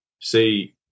see